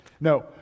No